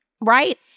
right